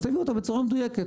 אז תביאו אותם בצורה מדויקת.